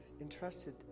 entrusted